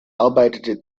arbeitete